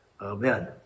Amen